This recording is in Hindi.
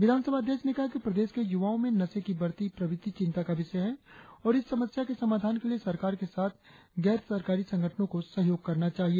विधानसभा अध्यक्ष ने कहा कि प्रदेश के युवाओं में नशे की बढ़ती प्रवृत्ति चिंता का विषय है और इस समस्या के समाधान के लिए सरकार के साथ गैर सरकारी संगठनों को सहयोग करना चाहिए